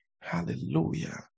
hallelujah